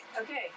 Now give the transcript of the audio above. okay